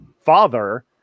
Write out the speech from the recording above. father